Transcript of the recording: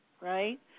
right